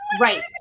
Right